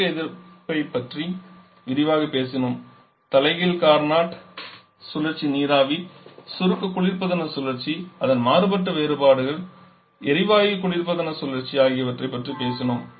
சுருக்க எதிர்ப்பைப் பற்றி விரிவாகப் பேசினோம் தலைகீழ் கார்னாட் சுழற்சி நீராவி சுருக்க குளிர்பதன சுழற்சி அதன் மாறுபட்ட வேறுபாடுகள் எரிவாயு குளிர்பதன சுழற்சி ஆகியவற்றை பற்றி பேசினோம்